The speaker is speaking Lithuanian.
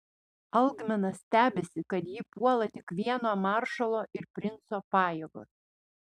algminas stebisi kad jį puola tik vieno maršalo ir princo pajėgos